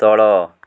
ତଳ